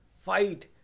fight